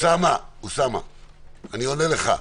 אוסאמה, אני עונה לך.